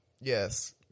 Yes